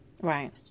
Right